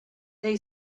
they